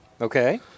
Okay